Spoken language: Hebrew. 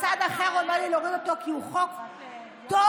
וצד אחר אומר לי להוריד אותו כי הוא חוק טוב,